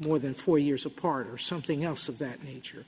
more than four years apart or something else of that nature